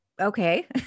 okay